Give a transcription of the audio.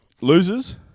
Losers